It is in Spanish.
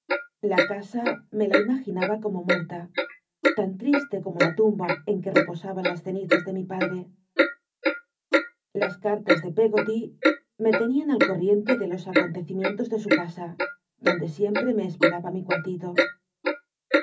la casa me la imaginaba como muerta tan triste como la tumba en que reposaban las cenizas de mi padre las cmtas de peggoty me lenian al coi'i'icnlc de los nconlecimienlos de su casa donde siempre me esperaba mi